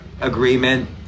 agreement